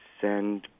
send